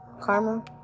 karma